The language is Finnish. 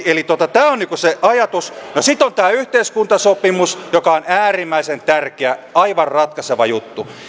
eli tämä on niin kuin se ajatus sitten on tämä yhteiskuntasopimus joka on äärimmäisen tärkeä aivan ratkaiseva juttu